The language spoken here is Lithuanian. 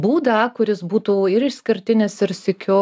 būdą kuris būtų ir išskirtinis ir sykiu